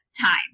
time